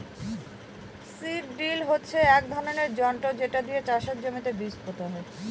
seed drill হচ্ছে এক ধরনের যন্ত্র যেটা দিয়ে চাষের জমিতে বীজ পোতা হয়